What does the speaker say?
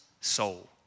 soul